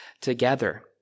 together